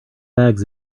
bags